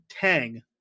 Tang